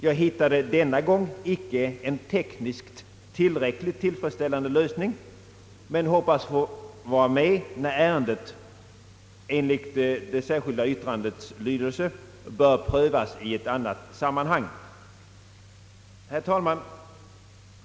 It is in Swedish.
Jag hittade denna gång icke någon tekniskt tillfredsställande lösning men hoppas få vara med när ärendet, enligt det särskilda yttrandets lydelse, »bör prövas i ett annat sammanhang». Herr talman!